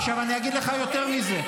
עכשיו אני אגיד לך יותר מזה.